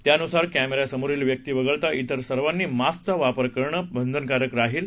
त्यानुसार कॅमे या समोरील व्यक्ती वगळता त्रेर सर्वांनी मास्कचा वापर करणं बंधनकारक राहील